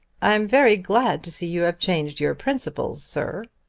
i am very glad to see you have changed your principles, sir.